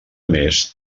més